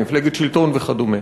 מפלגת שלטון וכדומה.